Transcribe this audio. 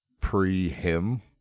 pre-him